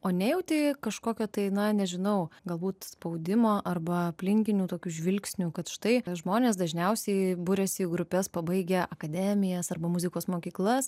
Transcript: o nejauti kažkokio tai na nežinau galbūt spaudimo arba aplinkinių tokiu žvilgsnių kad štai žmonės dažniausiai buriasi į grupes pabaigę akademijas arba muzikos mokyklas